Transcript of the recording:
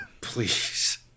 Please